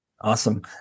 Awesome